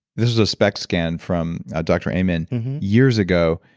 this was a spect scan from ah dr heyman years ago.